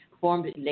formed